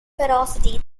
ferocity